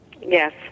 Yes